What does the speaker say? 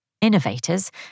Innovators